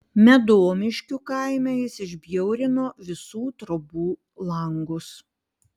medomiškių kaime jis išbjaurino visų trobų langus